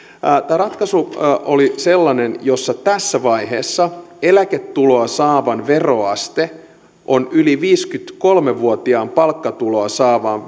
ratkaisu oli sellainen jossa tässä vaiheessa eläketuloa saavan veroaste on yli viisikymmentäkolme vuotiaan palkkatuloa saavan